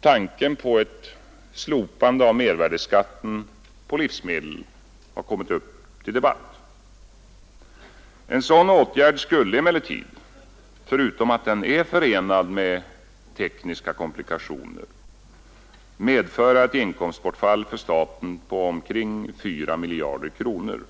tanken på ett slopande av mervärdeskatten på livsmedel har kommit upp till debatt. En sådan åtgärd skulle emellertid — förutom att den är förenad med tekniska komplikationer — medföra ett inkomstbortfall för staten på omkring 4 miljarder kronor.